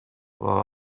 وای